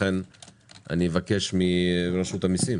לכן אבקש מרשות המיסים